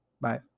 Bye